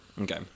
Okay